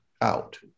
out